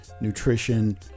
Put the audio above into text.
nutrition